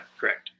correct